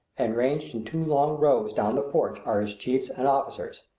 and ranged in two long rows down the porch are his chiefs and officers.